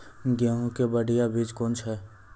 गेहूँ के बढ़िया बीज कौन छ?